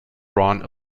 run